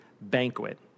banquet